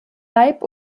leib